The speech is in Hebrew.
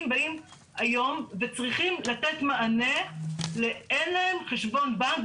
באים היום וצריכים לתת מענה לאין להם חשבון בנק,